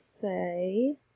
say